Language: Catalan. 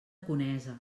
conesa